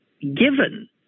given